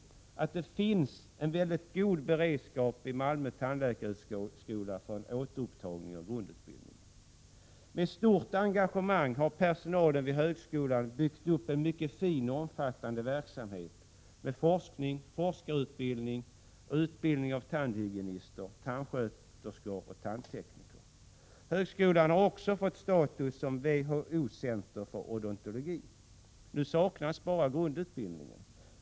1987 forskarutbildning och utbildning av tandhygienister, tandsköterskor och tandtekniker. Högskolan har också fått status som WHO-center för odontologi. Nu saknas bara grundutbildningen.